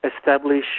establish